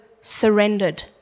surrendered